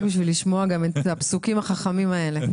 בשביל לשמוע גם את הפסוקים החכמים האלה.